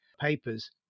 papers